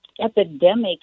epidemic